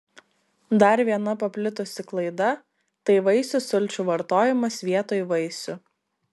dar viena paplitusi klaida tai vaisių sulčių vartojimas vietoj vaisių